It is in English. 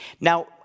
Now